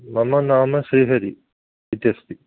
मम नाम श्रीहरिः इत्यस्ति